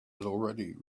already